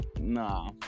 nah